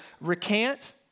recant